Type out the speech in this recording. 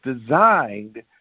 designed